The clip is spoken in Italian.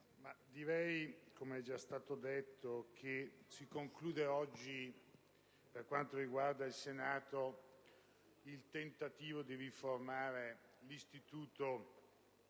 come è già stato detto, si conclude oggi, per quanto riguarda il Senato, il tentativo di riformare l'istituto